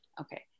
okay